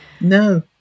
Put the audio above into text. No